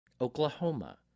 Oklahoma